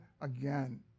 Again